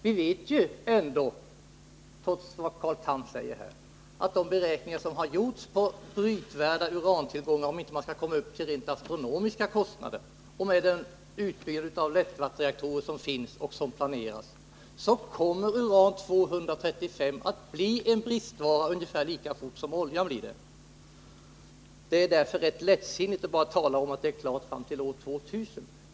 Trots vad Carl Tham säger här vet vi, med utgångspunkt i de beräkningar som har gjorts beträffande brytvärda urantillgångar och med utgångspunkt i det antal lättvattenreaktorer som finns och planeras, att uran 235 kommer att bli en bristvara ungefär lika fort som oljan blir det — om man inte skall komma upp i rent astronomiska kostnader för brytningen. Det är därför lättsinnigt att bara tala om att det är klart fram till år 2000.